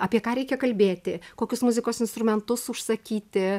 apie ką reikia kalbėti kokius muzikos instrumentus užsakyti